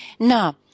Now